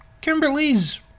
Kimberly's